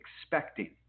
expecting